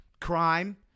Crime